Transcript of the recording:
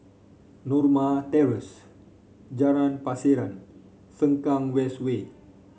Norma Terrace Jalan Pasiran Sengkang West Way